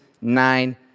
nine